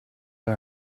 our